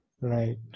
Right